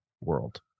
world